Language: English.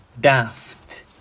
daft